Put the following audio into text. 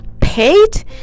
paid